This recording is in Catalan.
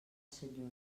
senyora